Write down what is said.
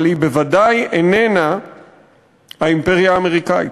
אבל היא בוודאי איננה האימפריה האמריקאית,